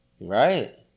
Right